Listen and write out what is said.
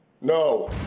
No